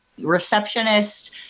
receptionist